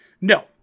No